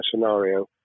scenario